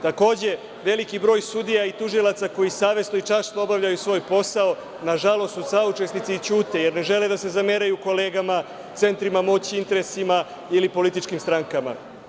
Takođe, veliki broj sudija i tužilaca koji savesno i tačno obavljaju svoj posao nažalost su saučesnici i ćute, jer ne žele da se zameraju kolegama, centrima moći, interesima ili političkim strankama.